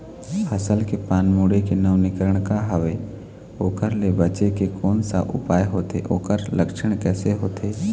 फसल के पान मुड़े के नवीनीकरण का हवे ओकर ले बचे के कोन सा उपाय होथे ओकर लक्षण कैसे होथे?